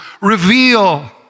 reveal